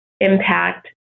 impact